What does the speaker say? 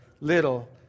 little